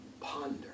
Ponder